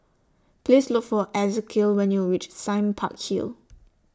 Please Look For Ezekiel when YOU REACH Sime Park Hill